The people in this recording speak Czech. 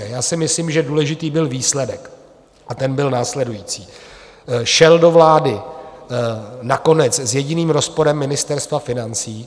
Já si myslím, že důležitý byl výsledek, a ten byl následující: šel do vlády nakonec s jediným rozporem Ministerstva financí.